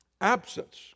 Absence